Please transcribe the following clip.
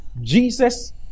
Jesus